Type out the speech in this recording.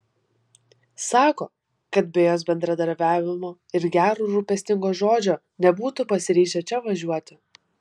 sako kad be jos bendradarbiavimo ir gero rūpestingo žodžio nebūtų pasiryžę čia važiuoti